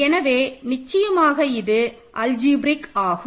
எனவே நிச்சயமாக இது அல்ஜிப்ரேக் ஆகும்